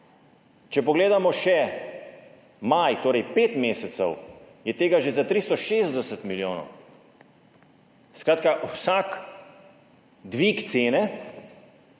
Če pogledamo še maj, torej pet mesecev, je tega že za 360 milijonov. Skratka, vsak dvig cene